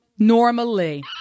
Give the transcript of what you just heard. Normally